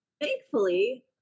Thankfully